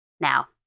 Now